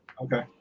Okay